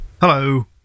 Hello